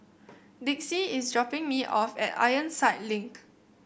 Dixie is dropping me off at Ironside Link